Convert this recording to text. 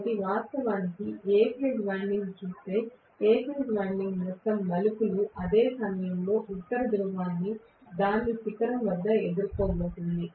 కాబట్టి నేను వాస్తవానికి A ఫేజ్ వైండింగ్ ను చూస్తే A ఫేజ్ వైండింగ్ మొత్తం మలుపులు అదే సమయంలో ఉత్తర ధ్రువాన్ని దాని శిఖరం వద్ద ఎదుర్కోబోతోంది